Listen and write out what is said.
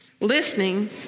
listening